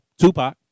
Tupac